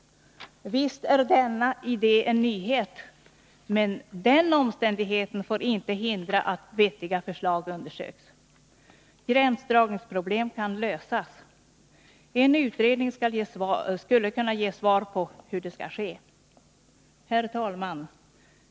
Visst är denna idé en nyhet, men den omständigheten får inte hindra att vettiga förslag undersöks. Gränsdragningsproblem kan lösas. En utredning skulle kunna ge svar på hur det skall ske. Herr talman!